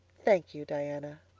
thank you, diana.